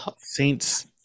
Saints